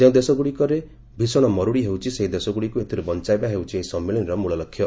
ଯେଉଁ ଦେଶଗୁଡ଼ିକରେ ଭୀଷଣ ମରୁଡ଼ି ହେଉଛି ସେହି ଦେଶଗୁଡ଼ିକୁ ଏଥିରୁ ବଞ୍ଚାଇବା ହେଉଛି ଏହି ସମ୍ମିଳନୀର ମୂଳଲକ୍ଷ୍ୟ